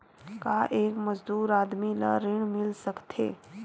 का एक मजदूर आदमी ल ऋण मिल सकथे?